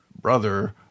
brother